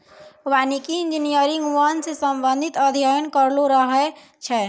वानिकी इंजीनियर वन से संबंधित अध्ययन करलो रहै छै